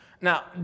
Now